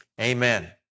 Amen